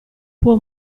può